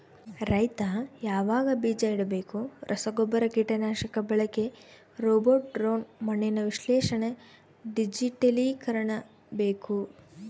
ರೈತ ಯಾವಾಗ ಬೀಜ ಇಡಬೇಕು ರಸಗುಬ್ಬರ ಕೀಟನಾಶಕ ಬಳಕೆ ರೋಬೋಟ್ ಡ್ರೋನ್ ಮಣ್ಣಿನ ವಿಶ್ಲೇಷಣೆ ಡಿಜಿಟಲೀಕರಣ ಬೇಕು